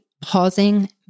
pausing